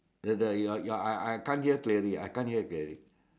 the the ya ya I I can't hear clearly I can't hear clearly